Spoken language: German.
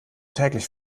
täglich